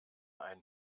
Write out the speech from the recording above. ein